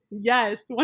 Yes